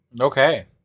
Okay